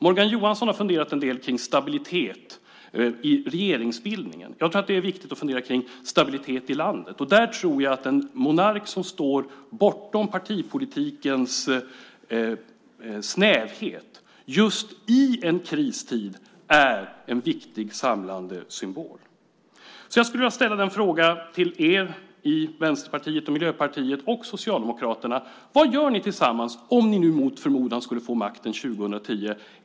Morgan Johansson har funderat en del kring stabilitet i regeringsbildningen. Jag tror att det är viktigt att fundera kring stabilitet i landet, och där tror jag att en monark som står bortom partipolitikens snävhet just i en kristid är en viktig samlande symbol. Jag skulle vilja ställa en fråga till er i Vänsterpartiet, Miljöpartiet och Socialdemokraterna. Vad gör ni tillsammans om ni nu mot förmodan skulle få makten 2010?